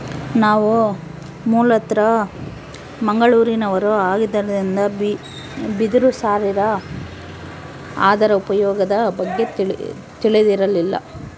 ನಾವು ಮೂಲತಃ ಮಂಗಳೂರಿನವರು ಆಗಿದ್ದರಿಂದ ಬಿದಿರು ಸಾರಿನ ಅದರ ಉಪಯೋಗದ ಬಗ್ಗೆ ತಿಳಿದಿರಲಿಲ್ಲ